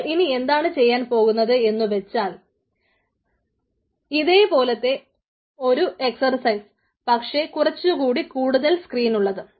നമ്മൾ ഇനി എന്താണ് ചെയ്യാൻ പോകുന്നതെന്നു വെച്ചാൽ ഇതേ പോലത്തെ ഒരു എക്സർസൈസ് പക്ഷേ കുറച്ചുകൂടി കൂടുതൽ സ്ക്രീൻ ഉള്ളത്